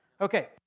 Okay